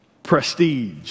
prestige